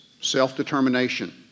self-determination